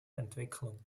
entwicklung